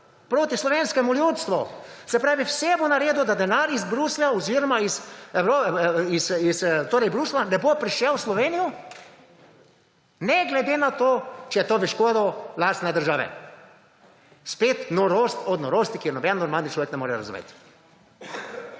proti slovenskemu ljudstvu, se pravi, vse bo naredil, da denar iz Bruslja ne bo prišel v Slovenijo, ne glede na to, če je to v škodo lastne države. Spet norost od norosti, ki je noben normalni človek ne more razumeti.